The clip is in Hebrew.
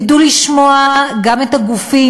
ידעו לשמוע גם את הגופים,